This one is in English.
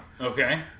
okay